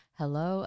hello